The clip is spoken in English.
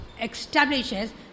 establishes